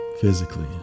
Physically